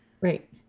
Right